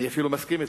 אני אפילו מסכים אתם.